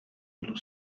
dello